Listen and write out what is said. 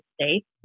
States